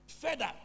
further